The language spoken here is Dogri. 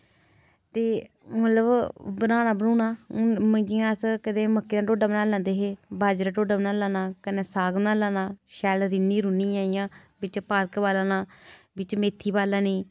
ते मतलब न्हाना धोना मिगी अस कदें मक्के दा ढोडा बनाई लैंदे हे बाजरे दा ढोडा बनाई लैना कन्नै साग बनाई लैना शैल रिन्नी रुन्नियै इ'यां बिच पालक पाई लैना बिच मेथी पाई लैनी